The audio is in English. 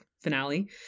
finale